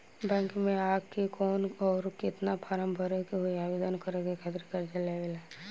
Bank मे आ के कौन और केतना फारम भरे के होयी आवेदन करे के खातिर कर्जा लेवे ला?